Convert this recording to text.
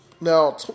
Now